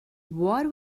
what